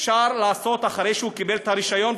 אפשר לעשות את זה אחרי שהוא קיבל את הרישיון.